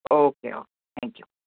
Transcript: okay okay thank you